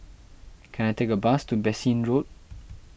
can I take a bus to Bassein Road